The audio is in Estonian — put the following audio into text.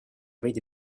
veidi